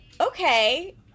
okay